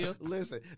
Listen